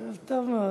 ערב טוב מאוד.